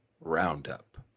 roundup